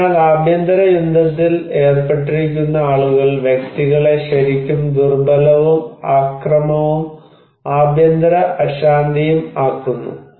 അതിനാൽ ആഭ്യന്തര യുദ്ധത്തിൽ ഏർപ്പെട്ടിരിക്കുന്ന ആളുകൾ വ്യക്തികളെ ശരിക്കും ദുർബലവും അക്രമവും ആഭ്യന്തര അശാന്തിയും ആക്കുന്നു